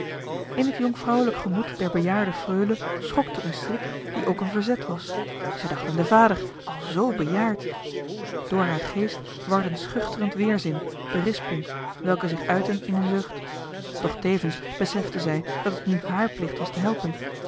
in het jonkvrouwelijk gemoed der bejaarde freule schokte een schrik die ook een verzet was zij dacht aan den vader al z bejaard door haar geest warden schuchterend weerzin berisping welke zich uitten in een zucht doch tevens besefte zij dat het nu hààr plicht was te helpen